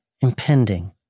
impending